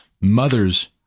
mothers